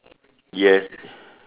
yes